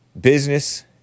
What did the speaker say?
business